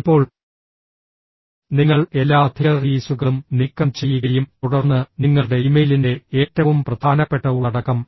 ഇപ്പോൾ നിങ്ങൾ എല്ലാ അധിക റീ സുകളും നീക്കം ചെയ്യുകയും തുടർന്ന് നിങ്ങളുടെ ഇമെയിലിന്റെ ഏറ്റവും പ്രധാനപ്പെട്ട ഉള്ളടക്കം